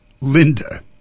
linda